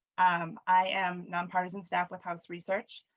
um i am nonpartisan staff with house research.